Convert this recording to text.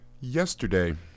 Yesterday